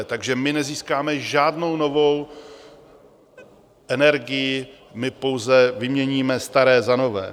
Takže my nezískáme žádnou novou energii, my pouze vyměníme staré za nové.